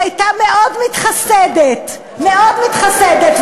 הייתה מאוד מתחסדת, מאוד מתחסדת.